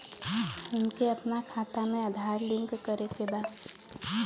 हमके अपना खाता में आधार लिंक करें के बा?